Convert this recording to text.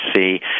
see